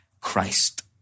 Christ